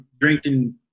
drinking